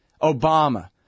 Obama